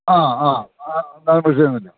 ആ ആ എന്നാലും വിഷയമൊന്നുമില്ല